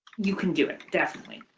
you can do it, definitely.